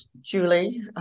Julie